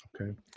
Okay